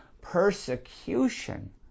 persecution